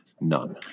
None